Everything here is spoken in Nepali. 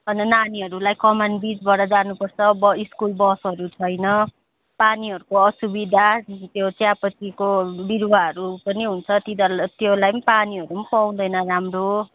अन्त नानीहरूलाई कमान बिचबाट जानुपर्छ स्कुल बसहरू छैन पानीहरूको असुविधा त्यो चियापत्तीको बिरुवाहरू पनि हुन्छ तिनीहरूलाई त्यसलाई पनि पानीहरू पनि पाउँदैन राम्रो